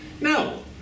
No